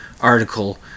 article